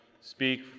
speak